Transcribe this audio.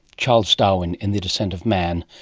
charles darwin, in the descent of man,